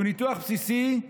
שהוא ניתוח בסיסי,